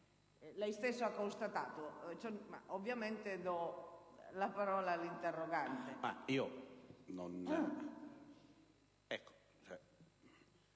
lei stesso ha constatato. Ovviamente do la parola all'interrogante.